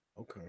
Okay